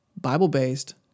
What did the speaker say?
Bible-based